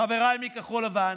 חבריי מכחול לבן,